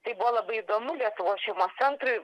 tai buvo labai įdomu lietuvos šeimos centrui